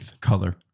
color